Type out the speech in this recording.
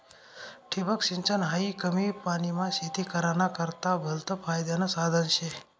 ठिबक सिंचन हायी कमी पानीमा शेती कराना करता भलतं फायदानं साधन शे